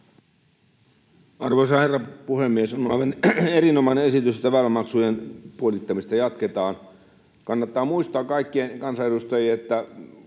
Arvoisa herra puhemies! On aivan erinomainen esitys, että väylämaksujen puolittamista jatketaan. Kaikkien kansanedustajien